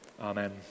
amen